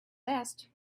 best